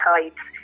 Tides